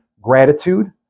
gratitude